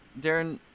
Darren